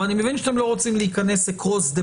אני מבין שאתם לא רוצים להיכנס across the